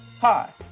Hi